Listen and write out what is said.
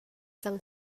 cang